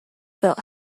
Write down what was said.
felt